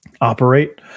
operate